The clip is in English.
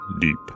deep